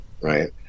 right